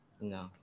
No